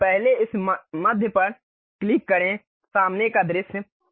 तो पहले इस मध्य पर क्लिक करें सामने का दृश्य